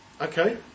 Okay